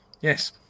yes